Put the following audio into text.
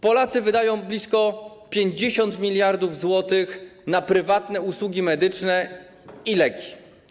Polacy wydają blisko 50 mld zł na prywatne usługi medyczne i leki.